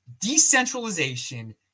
Decentralization